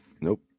nope